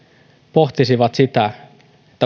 pohtisivat sitä